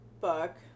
book